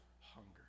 hunger